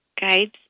guides